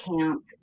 Camp